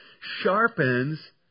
Sharpens